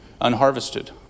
unharvested